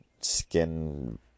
skin